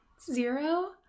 Zero